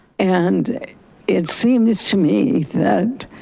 and it seems to me that